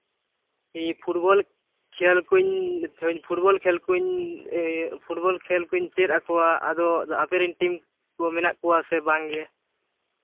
football ᱠᱷᱮᱞ ᱠᱚᱧ football ᱠᱷᱮᱞ ᱠᱚᱧ ᱯᱷᱩᱴᱵᱚᱞ ᱠᱷᱮᱞ ᱠᱚᱧ ᱪᱮᱫ ᱟᱠᱚᱣᱟ ᱟᱫᱚ ᱟᱯᱮ ᱨᱮᱱ ᱴᱤᱢ ᱠᱚ ᱢᱮᱱᱟᱜ ᱠᱚᱣᱟ ᱥᱮ ᱵᱟᱝ ᱜᱮ